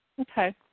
Okay